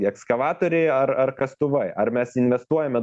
ekskavatoriai ar ar kastuvai ar mes investuojame